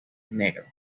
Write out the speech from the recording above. negro